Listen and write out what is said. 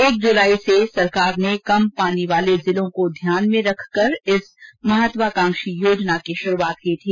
एक जुलाई से सरकार ने कम पानी वाले जिलों को ध्यान में रखकर इस महत्वाकांक्षी योजना की श्रुआत की थी